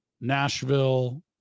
Nashville